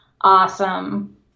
awesome